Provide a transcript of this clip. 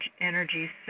energy